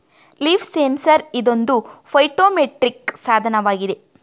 leaf sensor ಇದೊಂದು phytometric ಸಾಧನವಾಗಿದೆ